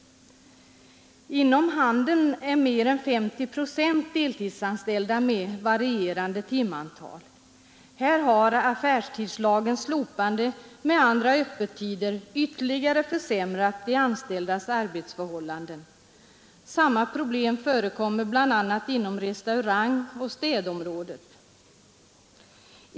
Inom handeln är mer än 50 procent deltidsanställda med varierande timantal. Här har arbetstidslagens slopande medfört andra öppettider och ytterligare försämrat de anställdas arbetsförhållanden. Samma problem förekommer bl.a. inom restaurangoch städområdena.